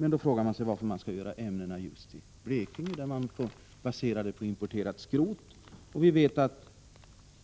Men varför skulle man göra ämnena i just Blekinge, där tillverkningen får baseras på importerad skrot? Vi vet att